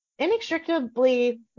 Inextricably